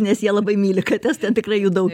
nes jie labai myli kates ten tikrai jų daug